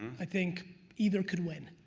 i think either could win.